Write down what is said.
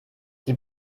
die